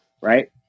right